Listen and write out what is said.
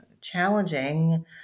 challenging